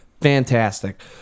fantastic